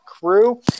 crew